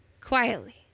Quietly